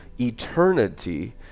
eternity